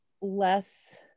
less